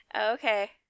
Okay